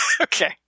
Okay